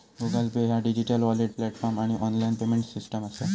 Google Pay ह्या digital wallet platform आणि online payment system असा